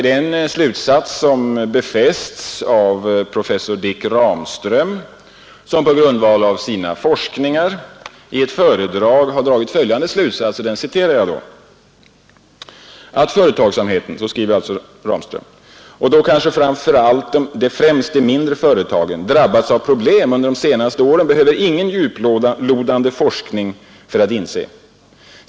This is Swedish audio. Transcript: Det är en slutsats som befästs av professor Dick Ramström, som på grundval av sina forskningar i ett föredrag säger: ”Att företagsamheten, och då kanske främst de mindre företagen, drabbats av problem under de senaste åren behövs ingen djuplodande forskning för att inse.